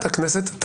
חברת הכנסת גוטליב.